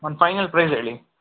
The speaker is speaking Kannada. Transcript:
ಒಂದು ಫೈನಲ್ ಪ್ರೈಸ್ ಹೇಳಿ